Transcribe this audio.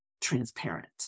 transparent